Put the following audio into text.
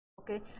okay